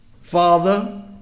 father